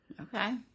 Okay